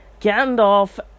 Gandalf